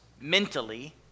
mentally